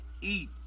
eat